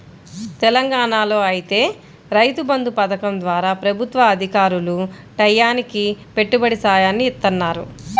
తెలంగాణాలో ఐతే రైతు బంధు పథకం ద్వారా ప్రభుత్వ అధికారులు టైయ్యానికి పెట్టుబడి సాయాన్ని ఇత్తన్నారు